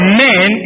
men